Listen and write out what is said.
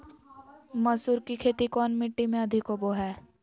मसूर की खेती कौन मिट्टी में अधीक होबो हाय?